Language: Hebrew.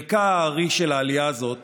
חלק הארי של העלייה הזאת